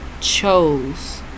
chose